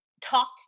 talked